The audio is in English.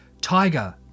Tiger